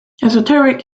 esoteric